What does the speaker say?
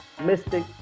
mystic